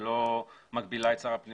החוק לא מגביל את שר הפנים